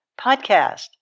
Podcast